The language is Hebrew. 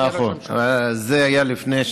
כאן יש שלושה, אבל במליאה אין הרבה.